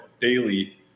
daily